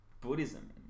Buddhism